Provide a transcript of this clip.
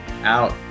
Out